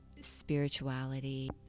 spirituality